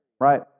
right